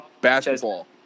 Basketball